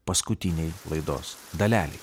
paskutinėj laidos dalelėj